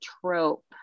trope